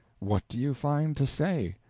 what do you find to say?